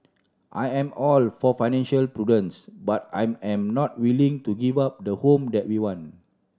I am all for financial prudence but I am not willing to give up the home that we want